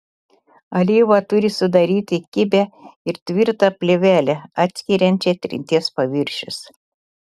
alyva turi sudaryti kibią ir tvirtą plėvelę atskiriančią trinties paviršius